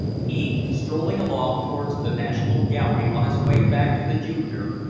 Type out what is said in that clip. he strolling along towards the national gallery on his way back to the junior,